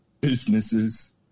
businesses